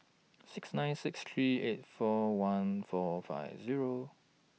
six nine six three eight four one four five Zero